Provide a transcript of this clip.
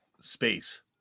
space